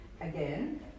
again